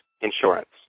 insurance